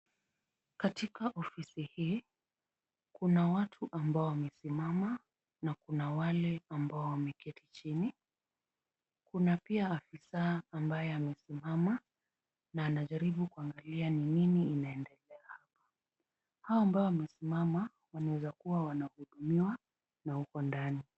Katika ofisi hii, kuna watu ambao wamesimama, na kuna wale ambao wameketi chini. Kuna pia afisaa ambaye amesimama, na anajaribu kuangalia ni nini inaendelea. Hao ambao wamesimama wanaeza kuwa wanahudumiwa, na huko ndani.